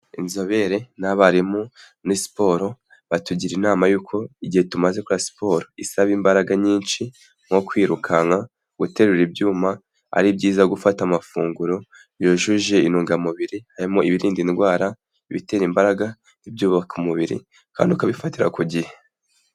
Inzobere n'abarimu muri siporo batugira inama y'uko igihe tumaze gukora siporo isaba imbaraga nyinshi nko kwirukanka, guterura ibyuma, ari byiza gufata amafunguro yujuje intungamubiri, harimo ibirinda indwara, ibitera imbaraga n'ibyubaka umubiri kandi ukabifatira ku gihe.